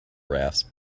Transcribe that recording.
rafts